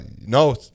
no